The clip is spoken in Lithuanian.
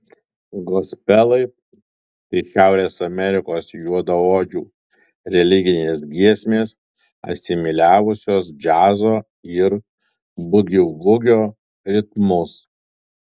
gospelai tai šiaurės amerikos juodaodžių religinės giesmės asimiliavusios džiazo ir bugivugio ritmus